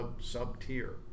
sub-tier